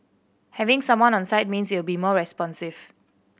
having someone on site means it'll be more responsive